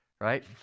right